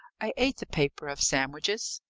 i ate the paper of sandwiches.